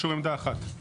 הם ישאירו עמדה אחת.